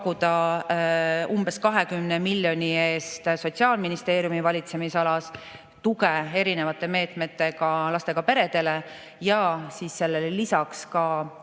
umbes 20 miljoni eest Sotsiaalministeeriumi valitsemisalas erinevate meetmetega tuge lastega peredele ja sellele lisaks ka